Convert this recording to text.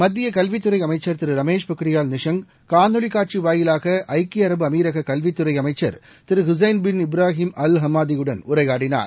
மத்திய கல்வித்துறை அமைச்சர் திரு ரமேஷ் பொக்ரியால் நிஷாங் காணொலி காட்சி வாயிலாக ஐக்கிய அரபு அமீரக கல்வித்துறை அமைச்சர் Thiru Hussain bin Ibrahim al ஹம்மாதியுடன் உரையாடினார்